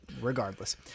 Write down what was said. regardless